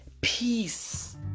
peace